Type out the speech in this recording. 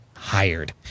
hired